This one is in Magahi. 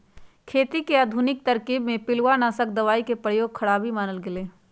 खेती के आधुनिक तरकिब में पिलुआनाशक दबाई के प्रयोग खराबी मानल गेलइ ह